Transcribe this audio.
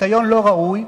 פיתיון לא ראוי,